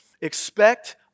expect